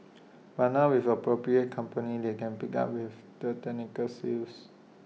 but now with appropriate companies they can pick up with the technical skills